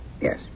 yes